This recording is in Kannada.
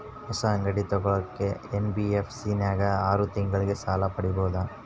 ಹೊಸ ಗಾಡಿ ತೋಗೊಳಕ್ಕೆ ಎನ್.ಬಿ.ಎಫ್.ಸಿ ನಾಗ ಆರು ತಿಂಗಳಿಗೆ ಸಾಲ ಪಡೇಬೋದ?